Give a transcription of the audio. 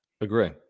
Agree